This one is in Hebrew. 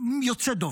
יוצא דופן.